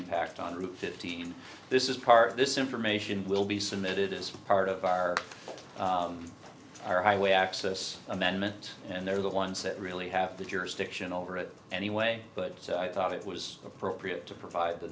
impact on route fifteen this is part of this information will be submitted as part of our highway access amendment and they're the ones that really have the jurisdiction over it anyway but i thought it was appropriate to provide the